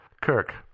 Kirk